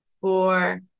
four